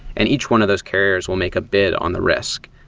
and each one of those carriers will make a bid on the risk.